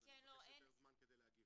אני מבקש יותר זמן כדי להגיב.